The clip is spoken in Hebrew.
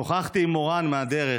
שוחחתי עם מורן מהדרך.